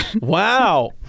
Wow